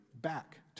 back